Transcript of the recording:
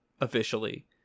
officially